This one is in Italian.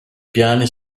piani